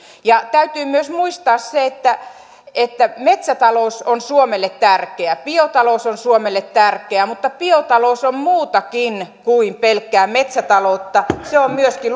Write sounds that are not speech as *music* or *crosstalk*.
ja täytyy muistaa myös se että että metsätalous on suomelle tärkeä biotalous on suomelle tärkeä mutta biotalous on muutakin kuin pelkkää metsätaloutta se on myöskin *unintelligible*